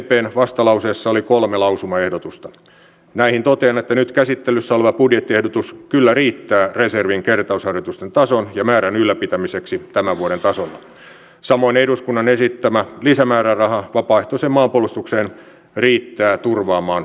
että kyllähän itäraja on meillä perinteisesti pitänyt ja tämän takia olisikin tärkeää tehdä venäjän rajaviranomaisten kanssa yhteistyötä siinä että saamme selvyyden miksi itärajamme nyt tipotellen on päästänyt turvapaikanhakijoita läpi